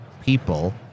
people